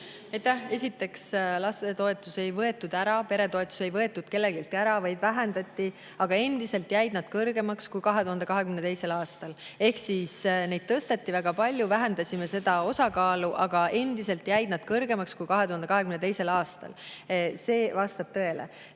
Esiteks, lastetoetusi ei võetud ära, peretoetusi ei võetud kelleltki ära, neid vähendati, aga endiselt jäid nad kõrgemaks kui 2022. aastal. Ehk neid tõsteti väga palju, me vähendasime seda osakaalu, aga endiselt jäid nad kõrgemaks kui 2022. aastal. See vastab tõele. Mis